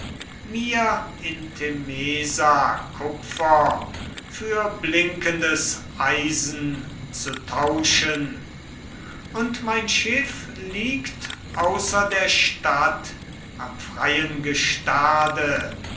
mir in temesa kupfer für blinkendes eisen zu tauschen und mein schiff liegt außer der stadt am freien gestade